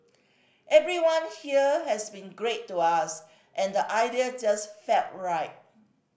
everyone here has been great to us and the idea just felt right